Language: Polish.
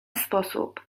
sposób